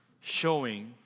showing